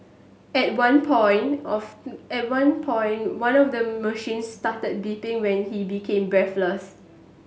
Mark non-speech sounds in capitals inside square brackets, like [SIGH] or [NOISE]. at one point of [UNINTELLIGIBLE] at one point one of the machines started beeping when he became breathless